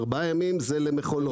ארבעה ימים זה למכולות,